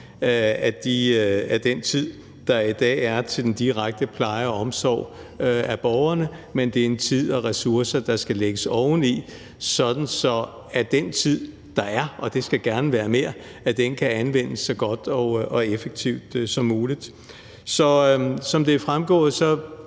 af den tid, der i dag er til den direkte pleje og omsorg af borgerne, men det er tid og ressourcer, der skal lægges oveni, sådan at den tid, der er – og det skal gerne være mere – kan anvendes så godt og effektivt som muligt. Så som det er fremgået,